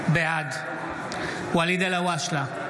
בעד ואליד אלהואשלה,